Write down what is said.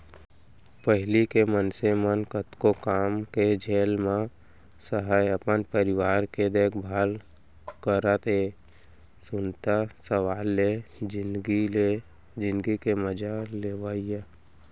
पहिली के मनसे मन कतको काम के झेल ल सहयँ, अपन परिवार के देखभाल करतए सुनता सलाव ले जिनगी के मजा लेवयँ